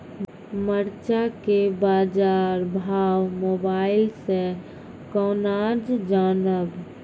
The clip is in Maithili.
मरचा के बाजार भाव मोबाइल से कैनाज जान ब?